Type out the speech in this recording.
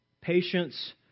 Patience